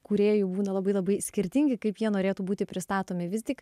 kūrėjų būna labai labai skirtingi kaip jie norėtų būti pristatomi vis tik